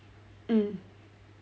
mm